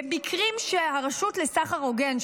במקרים שהרשות לסחר הוגן,